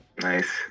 Nice